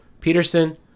Peterson